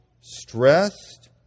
stressed